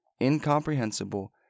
incomprehensible